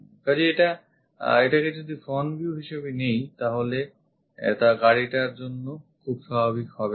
কাজেই এটাকে যদি front view হিসেবে নিই তাহলে তা গাড়িটির জন্য খুব স্বাভাবিক হবে না